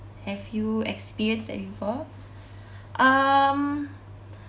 have you experienced that before um